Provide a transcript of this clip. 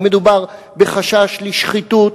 אם מדובר בחשש לשחיתות,